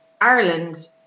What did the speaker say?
Ireland